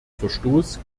verstoß